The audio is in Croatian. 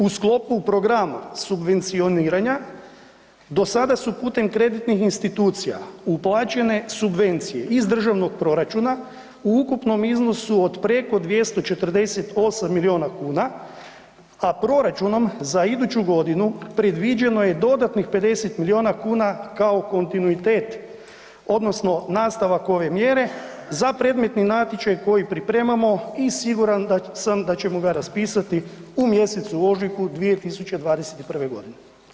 U sklopu programa subvencioniranja do sada su putem kreditnih institucija uplaćene subvencije iz državnog proračuna u ukupnom iznosu od preko 248 milijuna kuna, a proračunom za iduću godinu predviđeno je dodatnih 50 milijuna kuna kao kontinuitet odnosno nastavak ove mjere za predmetni natječaj koji pripremamo i siguran sam da ćemo ga raspisati u mjesecu ožujku 2021. godine.